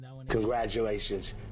Congratulations